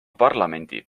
parlamendi